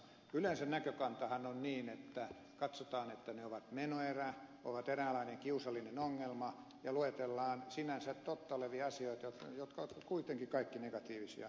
yleensä näkökantahan on niin että katsotaan että he ovat menoerä ovat eräänlainen kiusallinen ongelma ja luetellaan sinänsä totta olevia asioita jotka ovat kuitenkin kaikki negatiivisia